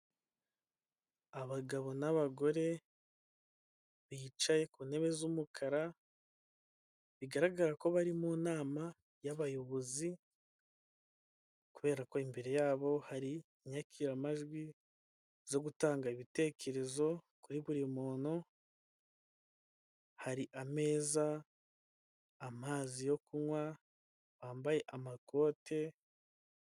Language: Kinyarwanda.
Abagabo n'abagore bicaye ku ntebe z'umukara bigaragara ko bari mu nama y'abayobozi, kubera ko imbere yabo hari inyakiramajwi zo gutanga ibitekerezo kuri buri muntu. Hari ameza, amazi yo kunywa, bambaye amakote.